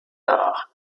nach